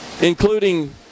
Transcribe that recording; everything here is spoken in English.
including